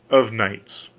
of knights.